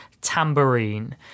tambourine